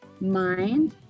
mind